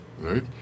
right